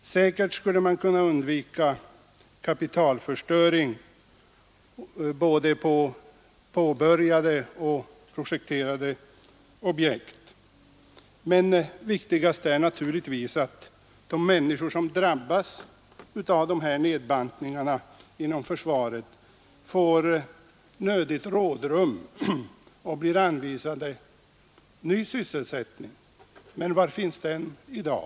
Säkert skulle man kunna undvika kapitalförstöring på såväl påbörjade som projekterade objekt. Men viktigast är naturligtvis att de människor som drabbas av nedbantningarna inom försvaret får nödigt rådrum och blir anvisade ny sysselsättning. Men var finns den i dag?